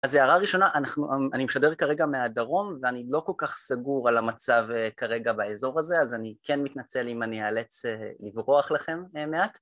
אז הערה ראשונה, אני משדר כרגע מהדרום ואני לא כל כך סגור על המצב כרגע באזור הזה אז אני כן מתנצל אם אני אאלץ לברוח לכם מעט